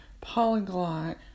polyglot